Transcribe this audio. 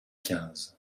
quinze